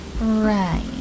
Right